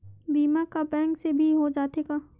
बीमा का बैंक से भी हो जाथे का?